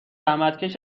زحمتکش